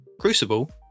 Crucible